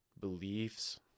beliefs